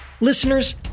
Listeners